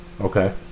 Okay